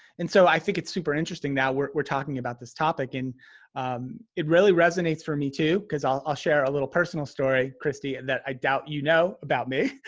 and so i think it's super interesting now we're talking about this topic and it really resonates for me too because i'll i'll share a little personal story kristy and that i doubt you know about me,